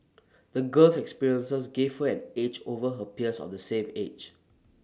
the girl's experiences gave her an edge over her peers of the same age